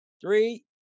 Three